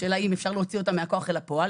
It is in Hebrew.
השאלה אם אפשר להוציא אותה מהכוח לפועל.